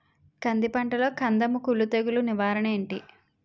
కంది పంటలో కందము కుల్లు తెగులు నివారణ ఏంటి?